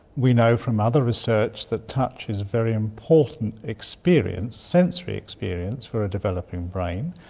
we know from other research that touch is a very important experience, sensory experience, for a developing brain,